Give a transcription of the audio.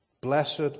Blessed